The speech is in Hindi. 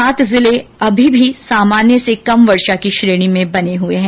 सात जिले अभी भी सामान्य से कम वर्षा की श्रेणी में बने हुए है